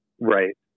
Right